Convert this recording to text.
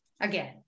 again